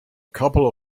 couple